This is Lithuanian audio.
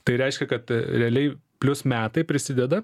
tai reiškia kad realiai plius metai prisideda